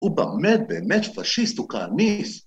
ובאמת באמת פשיסט וכהניסט